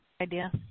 idea